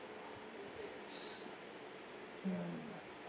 mm